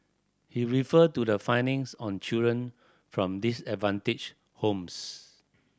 he refer to the findings on children from disadvantaged homes